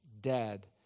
dead